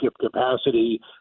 capacity